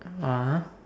ah